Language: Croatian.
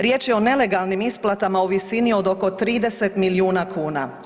Riječ je o nelegalnim isplatama u visini od oko 30 milijuna kuna.